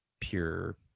pure